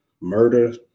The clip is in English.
Murder